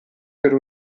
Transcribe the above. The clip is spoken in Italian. per